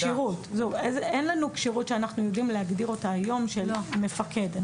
אין לנו כשירות שאנחנו יודעים להגדיר אותה היום של מפקד.